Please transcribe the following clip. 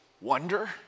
wonder